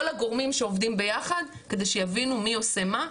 הגורמים שעובדים ביחד כדי שיבינו מי עושה מה,